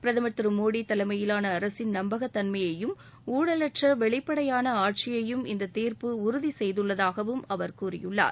பிரதம் திரு மோடி தலைமையிலான அரசின் நம்பகத்தன்மையையும் ஊழலற்ற வெளிப்படையான ஆட்சியையும் இந்த தீர்ப்பு உறுதி செய்துள்ளதாகவும் அவர் கூறியுள்ளார்